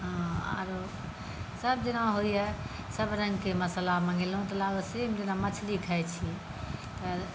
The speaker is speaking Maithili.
आ आरोसभ जेना होइए सभरङ्गके मसाला मँगेलहुँ तऽ लागत सेम जेना मछली खाइत छी तऽ